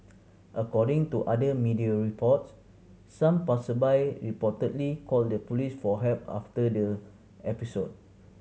according to other media reports some passersby reportedly called the police for help after the episode